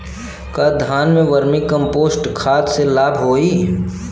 का धान में वर्मी कंपोस्ट खाद से लाभ होई?